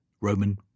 Roman